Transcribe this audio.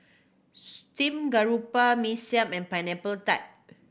steamed garoupa Mee Siam and Pineapple Tart